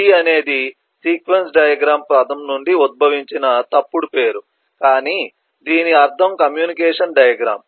SD అనేది sequence diagram పదం నుండి ఉద్భవించిన తప్పుడు పేరు కానీ దీని అర్థం కమ్యూనికేషన్ డయాగ్రమ్